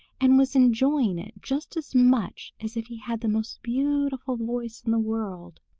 and was enjoying it just as much as if he had the most beautiful voice in the world.